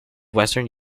western